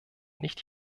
nicht